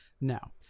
No